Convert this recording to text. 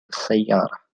السيارة